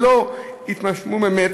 והן לא התממשו באמת.